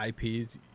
IPs